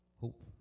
Hope